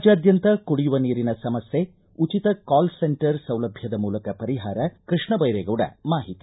ರಾಜ್ಯಾದ್ಯಂತ ಕುಡಿಯುವ ನೀರಿನ ಸಮಸ್ಯೆ ಉಚಿತ ಕಾಲ್ ಸೆಂಟರ್ ಸೌಲಭ್ಯದ ಮೂಲಕ ಪರಿಹಾರ ಕೃಷ್ಣ ದೈರೇಗೌಡ ಮಾಹಿತಿ